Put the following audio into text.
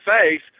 face